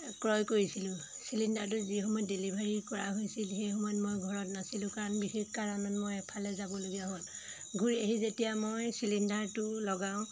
ক্ৰয় কৰিছিলোঁ চিলিণ্ডাৰটো যিসময়ত ডেলিভাৰী কৰা হৈছিল সেই সময়ত মই ঘৰত নাছিলোঁ কাৰণ বিশেষ কাৰণত মই এফালে যাবলগীয়া হ'ল ঘূৰি আহি যেতিয়া মই চিলিণ্ডাৰটো লগাওঁ